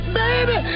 baby